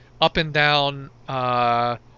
up-and-down